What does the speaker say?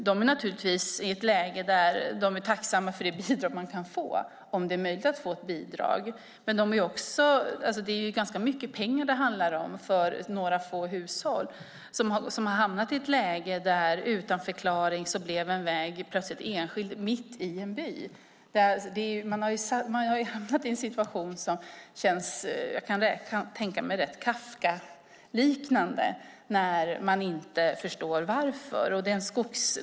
De är naturligtvis i ett läge där de är tacksamma för de bidrag de kan få, om det är möjligt att få ett bidrag. Det är ganska mycket pengar det handlar om för några få hushåll som har hamnat i ett läge där en väg mitt i en by utan förklaring plötsligt blev enskild. Man har hamnat i en situation som jag kan tänka mig känns ganska Kafkaliknande när man inte förstår varför.